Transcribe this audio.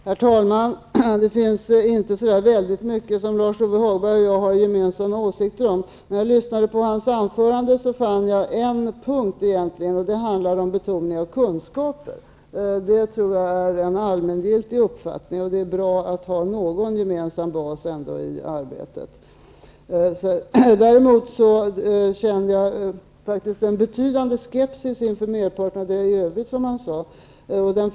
Herr talman! Det finns inte så väldigt mycket som Lars-Ove Hagberg och jag har gemensamma åsikter om. När jag lyssnade på hans anförande fann jag en punkt. Den handlade om betoningen av kunskaper. Det tror jag är en allmängiltig uppfattning. Det är bra att ha någon gemensam bas i arbetet. Däremot känner jag en betydande skepsis inför merparten av det övriga han sade.